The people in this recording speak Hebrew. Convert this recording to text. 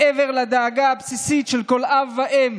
מעבר לדאגה הבסיסית של כל אב ואם